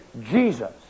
Jesus